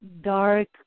dark